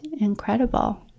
incredible